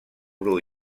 bru